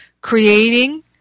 creating